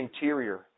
interior